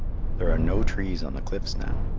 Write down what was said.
there are no trees on the cliffs now.